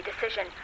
decision